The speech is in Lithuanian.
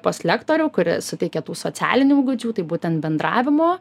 pas lektorių kuris suteikia tų socialinių įgūdžių tai būtent bendravimo